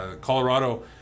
Colorado